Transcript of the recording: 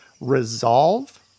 resolve